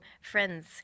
friends